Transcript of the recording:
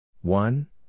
one